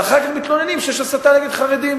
ואחר כך מתלוננים שיש הסתה נגד חרדים.